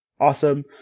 awesome